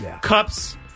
Cups